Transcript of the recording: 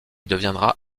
deviendra